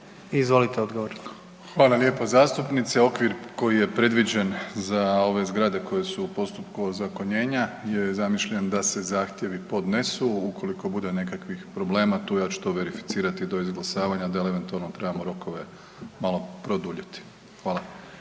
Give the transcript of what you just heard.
Andrej (HDZ)** Hvala lijepa zastupnice. Okvir koji je predviđen za ove zgrade koje su u postupku ozakonjenja je zamišljen da se zahtjevi podnesu, ukoliko bude nekakvih problema tu ja ću to verificirati do izglasavanja da li eventualno trebamo rokove malo produljiti. Hvala.